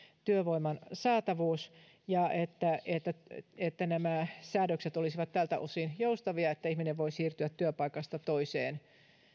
työvoiman saatavuuden ja sitä että nämä säännökset olisivat tältä osin joustavia niin että ihminen voi siirtyä työpaikasta toiseen